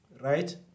right